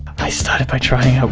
i started by trying out